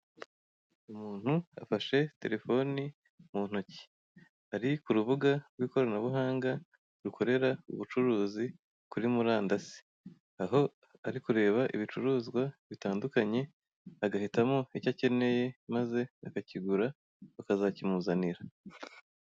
Umuntu afashe telefone mu ntoki, ari ku rubuga rw'ikoranabuhanga rukorera ubucuruzi kuri murandasi, aho ari kureba ibicuruzwa bitandukanye agahitamo icyo akeneye maze akakigura bakazakimuzanira.